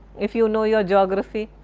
if you know your geography,